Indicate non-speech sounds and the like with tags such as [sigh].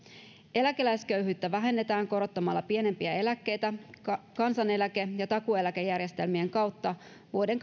eläkeläisköyhyyttä vähennetään korottamalla pienimpiä eläkkeitä kansaneläke ja takuueläkejärjestelmien kautta vuoden [unintelligible]